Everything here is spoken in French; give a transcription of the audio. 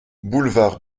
boulevard